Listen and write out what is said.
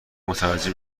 متوجه